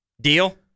Deal